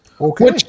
Okay